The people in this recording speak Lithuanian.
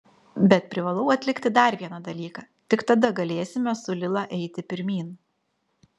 bet privalau atlikti dar vieną dalyką tik tada galėsime su lila eiti pirmyn